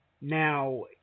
Now